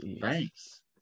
thanks